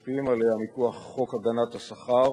ובעיקר מיחידת הממונה הראשי על יחסי עבודה,